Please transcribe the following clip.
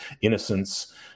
innocence